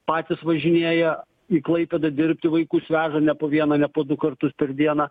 patys važinėja į klaipėdą dirbti vaikus veža ne po vieną ne po du kartus per dieną